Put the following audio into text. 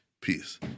Peace